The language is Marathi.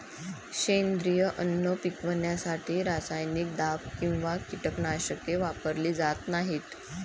सेंद्रिय अन्न पिकवण्यासाठी रासायनिक दाब किंवा कीटकनाशके वापरली जात नाहीत